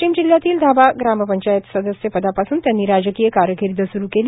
वाशीम जिल्ह्यातील धाबा ग्रामपंचायत सदस्य पदापासून त्यांनी राजकीय कारकिर्द स्रु केली